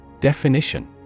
Definition